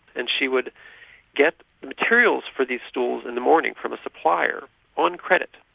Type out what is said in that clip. and she would get the materials for these stools in the morning from a supplier on credit.